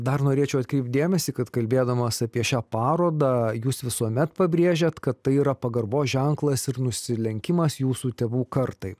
dar norėčiau atkreipt dėmesį kad kalbėdamas apie šią parodą jūs visuomet pabrėžiat kad tai yra pagarbos ženklas ir nusilenkimas jūsų tėvų kartai